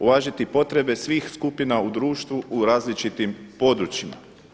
Uvažiti potrebe svih skupina u društvu u različitim područjima.